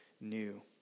new